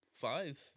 five